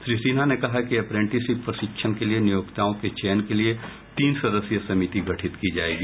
श्री सिन्हा ने कहा कि अप्रेंटिसशिप प्रशिक्षण के लिए नियोक्ताओं के चयन के लिए तीन सदस्यीय समिति गठित की जायेगी